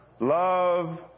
love